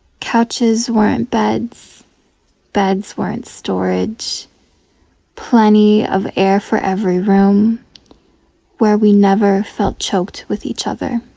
couches weren't beds beds weren't storage plenty of air for every room where we never felt choked with eachother